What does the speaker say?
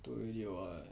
told you already [what]